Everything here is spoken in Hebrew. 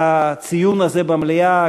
הציון הזה במליאה,